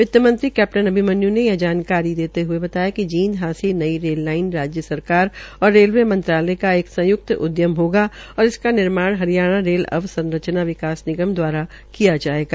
वित्तमंत्री कैप्टन अभिमन्यू ने यह जानकारी देते हये बताया कि जींद हांसी नई रेल लाइन राज्य सरकार और रेलवे मंत्रालय का एक संय्क्त उद्यम होगा और इसका निर्माण हरियाणा रेल अवसंरचना विकास निगम द्वारा किया जायेगा